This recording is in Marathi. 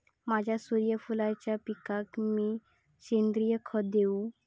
माझ्या सूर्यफुलाच्या पिकाक मी सेंद्रिय खत देवू?